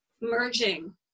merging